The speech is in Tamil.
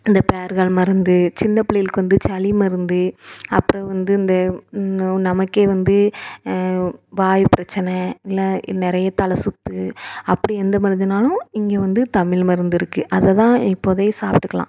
இந்த பேறுகால மருந்து சின்ன பிள்ளைகளுக்கு வந்து சளி மருந்து அப்பிறகு வந்து இந்த நமக்கே வந்து வாயு பிரச்சனை இல்லை நிறைய தலை சுற்று அப்படி எந்த மருந்துனாலும் இங்கே வந்து தமிழ் மருந்து இருக்குது அதைதான் இப்போதைக்கு சாப்பிட்டுக்கலாம்